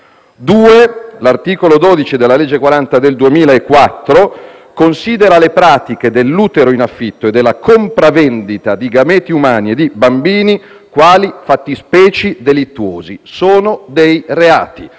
l'articolo 12 della legge n. 40 del 2004 considera le pratiche dell'utero in affitto e della compravendita di gameti umani e di bambini quali fattispecie delittuose. Sono dei reati.